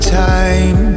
time